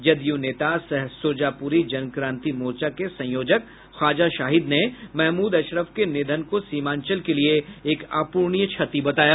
जदयू नेता सह सुरजापुरी जनक्रांति मोर्चा के संयोजक ख्वाजा शाहिद ने महमूद अशरफ के निधन को सीमांचल के लिए एक अपूरणीय क्षति बताया